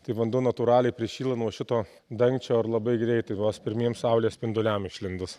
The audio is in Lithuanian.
tai vanduo natūraliai prišyla nuo šito dangčio ir labai greitai vos pirmiem saulės spinduliam išlindus